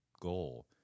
goal